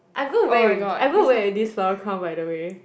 I'm going to wear with I'm going to wear with this floral crown by the way